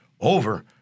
over